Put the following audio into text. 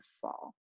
fall